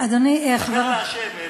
דבר לאשם,